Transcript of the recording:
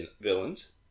villains